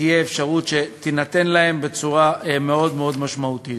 תהיה אפשרות שתינתן להם בצורה מאוד מאוד משמעותית.